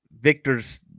Victor's